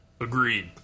Agreed